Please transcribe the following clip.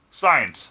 Science